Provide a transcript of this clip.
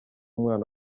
umwana